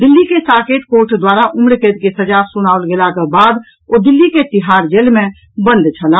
दिल्ली के साकेत कोर्ट द्वारा उम्रकैद के सजा सुनाओल गेलाक बाद ओ दिल्ली के तिहाड़ जेल मे बंद छलाह